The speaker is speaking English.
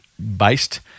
based